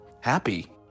happy